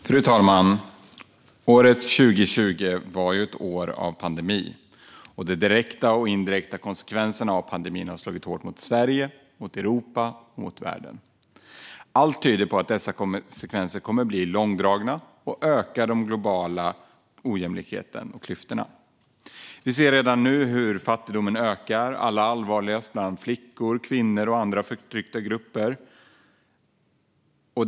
Fru talman! År 2020 var ett år av pandemi. De direkta och indirekta konsekvenserna av pandemin har slagit hårt mot Sverige, mot Europa och mot världen. Allt tyder på att dessa konsekvenser kommer att bli långdragna och öka ojämlikheten och klyftorna globalt. Vi ser redan nu hur fattigdomen ökar, allra allvarligast bland flickor och kvinnor och i andra förtryckta grupper.